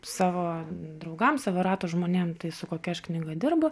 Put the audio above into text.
savo draugam savo rato žmonėm tai su kokia aš knyga dirbu